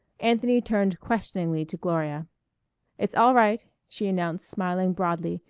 anthony turned questioningly to gloria it's all right, she announced, smiling broadly.